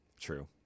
True